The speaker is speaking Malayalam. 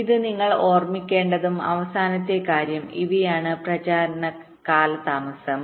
ഇത് നിങ്ങൾ ഓർമ്മിക്കേണ്ടതും അവസാനത്തെ കാര്യം ഇവയാണ് പ്രചാരണ കാലതാമസം